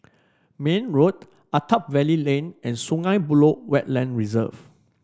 Mayne Road Attap Valley Lane and Sungei Buloh Wetland Reserve